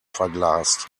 verglast